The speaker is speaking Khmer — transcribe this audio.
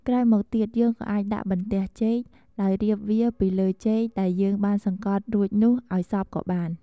ក្រោយមកទៀត យើងក៏អាចដាក់បន្ទះចេក ដោយរៀបវាពីលើចេកដែលយើងបានសង្កត់រួចនោះឱ្យសព្វក៏បាន។